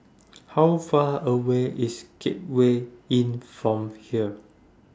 How Far away IS Gateway Inn from here